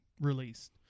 released